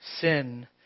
Sin